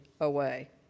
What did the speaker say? away